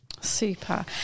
super